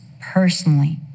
personally